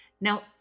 Now